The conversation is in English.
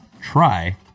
Try